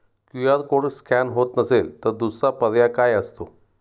QR code scan होत नसेल तर दुसरा पर्याय काय असतो?